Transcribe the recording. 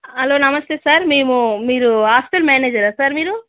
hello నమస్తే sir మేము మీరు హాస్టల్ మేనేజరా సార్ మీరు